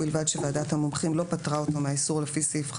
ובלבד שוועדת המומחים לא פטרה אותו מהאיסור לפי סעיף 5,